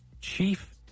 chief